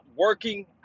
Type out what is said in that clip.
working